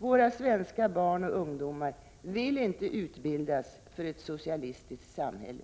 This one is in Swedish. Våra svenska barn och ungdomar vill inte utbildas för ett socialistiskt samhälle.